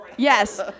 Yes